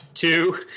two